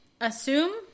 assume